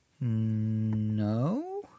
No